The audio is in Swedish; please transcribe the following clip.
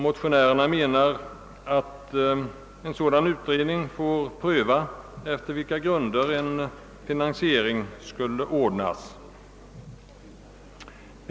Motionärerna menar att man vid en sådan utredning får pröva efter vilka grunder en finansiering skulle ordnas.